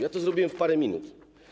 Ja to zrobiłem w parę minut.